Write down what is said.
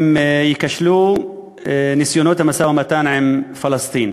אם ייכשלו ניסיונות המשא-ומתן עם פלסטין.